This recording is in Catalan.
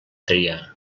triar